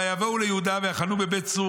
ויבואו ליהודה ויחנו בבית צור